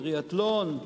טריאתלון,